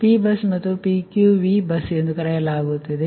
ಅದನ್ನು P bus ಮತ್ತು PQV bus ಎಂದು ಕರೆಯಲಾಗುತ್ತದೆ ಸರಿ